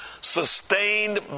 sustained